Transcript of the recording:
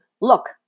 Look